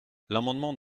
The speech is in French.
l’amendement